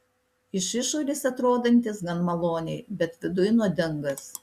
iš išorės atrodantis gan maloniai bet viduj nuodingas